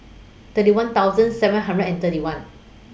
thirty one thousand seven hundred and thirty one